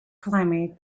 climate